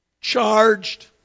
charged